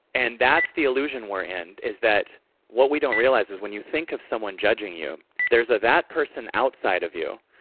and that's the illusion we're in, is that what we don't realize is when you think of someone judging you there's a that person outside of you,